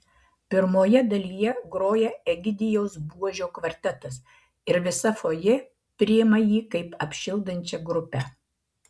pirmoje dalyje groja egidijaus buožio kvartetas ir visa fojė priima jį kaip apšildančią grupę